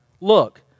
Look